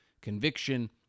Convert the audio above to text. conviction